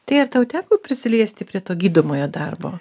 tai ar tau teko prisiliesti prie to gydomojo darbo